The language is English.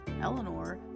Eleanor